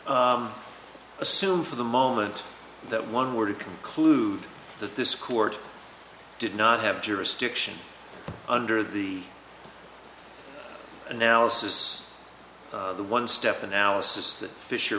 assume for the moment that one were to conclude that this court did not have jurisdiction under the analysis the one step analysis that fisher